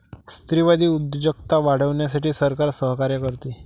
स्त्रीवादी उद्योजकता वाढवण्यासाठी सरकार सहकार्य करते